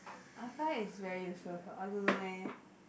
I find that it's very useless ah I don't know leh